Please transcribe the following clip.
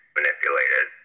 manipulated